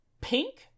Pink